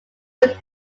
but